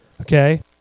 okay